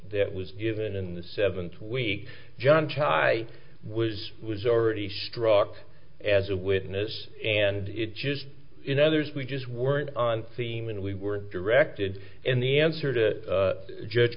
that was given in the seventh week john ty was was already struck as a witness and it just in others we just weren't on theme and we were directed in the answer to judge